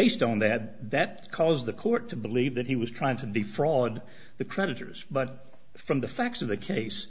based on they had that caused the court to believe that he was trying to defraud the creditors but from the facts of the case